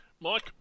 Mike